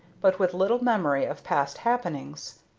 but with little memory of past happenings.